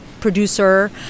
producer